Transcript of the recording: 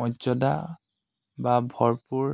মৰ্যাদা বা ভৰপূৰ